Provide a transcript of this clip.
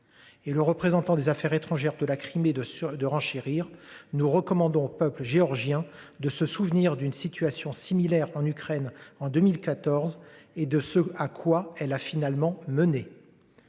Et le représentant des affaires étrangères de la Crimée de de renchérir, nous recommandons peuple géorgien de se souvenir d'une situation similaire en Ukraine en 2014 et de ce à quoi elle a finalement mené.